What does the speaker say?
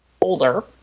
older